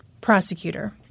Prosecutor